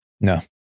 No